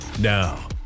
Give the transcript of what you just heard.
Now